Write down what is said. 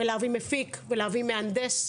ולהביא מפיק, להביא מהנדס.